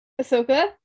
Ahsoka